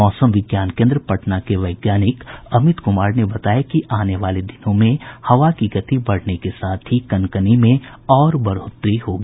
मौसम विज्ञान केन्द्र पटना के वैज्ञानिक अमित कुमार ने बताया कि आने वाले दिनों में हवा की गति बढ़ने के साथ ही कनकनी में और बढ़ोतरी होगी